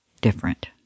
different